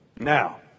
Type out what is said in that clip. Now